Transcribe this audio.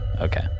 Okay